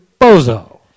Bozo